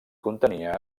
contenia